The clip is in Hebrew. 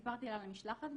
וסיפרתי לה על המשלחת,